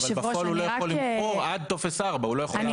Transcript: אבל בפועל הוא לא יכול למכור עד טופס 4. כבוד היושב ראש,